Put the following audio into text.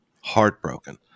Heartbroken